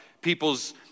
people's